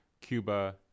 Cuba